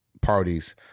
parties